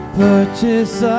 purchase